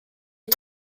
est